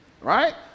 right